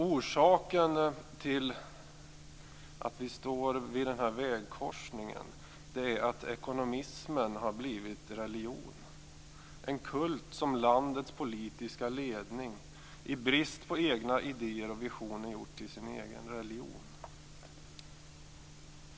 Orsaken till att vi står vid denna vägkorsning är att ekonomismen har blivit religion, en kult som landets politiska ledning i brist på egna idéer och visioner gjort till sin egen religion.